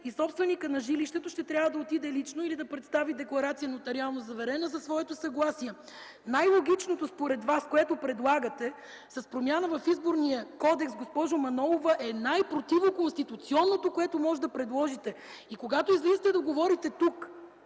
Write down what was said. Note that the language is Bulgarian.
Собственикът на жилището ще трябва да отиде лично или да представи нотариално заверена декларация със своето съгласие. Най-логичното според Вас, което предлагате с промяна в Изборния кодекс, госпожо Манолова, е най-противоконституционното, което може да предложите. Когато излизате да говорите тук